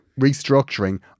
restructuring